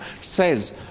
says